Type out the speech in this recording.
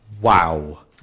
Wow